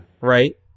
Right